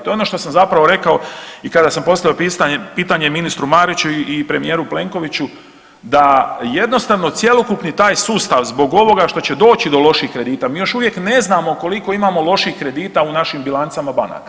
To je ono što sam zapravo rekao i kada sam postavljao pitanje ministru Mariću i premijeru Plenkoviću da jednostavno cjelokupni taj sustav zbog ovoga što će doći do loših kredita mi još uvijek ne znamo koliko imamo loših kredita u našim bilancama banaka.